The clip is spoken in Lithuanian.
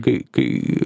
kai kai